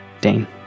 Dane